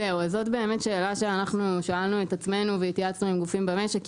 זאת באמת שאלה ששאלנו את עצמנו והתייעצנו עם גופים במשק,